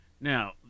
Now